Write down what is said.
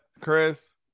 chris